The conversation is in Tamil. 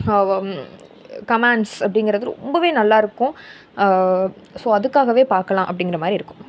ஹ ம் கமேன்ட்ஸ் அப்படிங்கிறது ரொம்பவே நல்லா இருக்கும் ஸோ அதுக்காகவே பார்க்கலாம் அப்படிங்கிற மாதிரி இருக்கும்